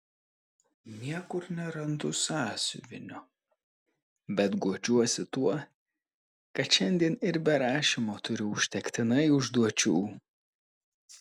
niekur nerandu sąsiuvinio bet guodžiuosi tuo kad šiandien ir be rašymo turiu užtektinai užduočių